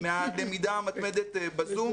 מהלמידה המתמדת בזום,